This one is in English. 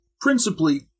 Principally